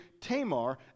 Tamar